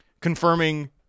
confirming